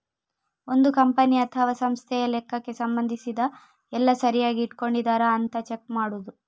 ಒಂದು ಕಂಪನಿ ಅಥವಾ ಸಂಸ್ಥೆಯ ಲೆಕ್ಕಕ್ಕೆ ಸಂಬಂಧಿಸಿದ ಎಲ್ಲ ಸರಿಯಾಗಿ ಇಟ್ಕೊಂಡಿದರಾ ಅಂತ ಚೆಕ್ ಮಾಡುದು